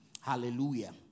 Hallelujah